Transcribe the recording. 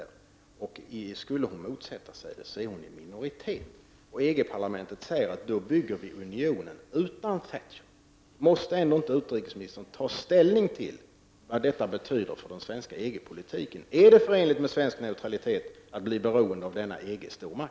Och om hon skulle motsätta sig detta är hon i minoritet; då säger man från EG-parlamentet att man bygger unionen utan Thatcher. Måste inte utrikesministern ta ställning till vad detta betyder för den svenska EG-politiken? Är det förenligt med svensk neutralitet att Sverige blir beroende av denna EG-stormakt?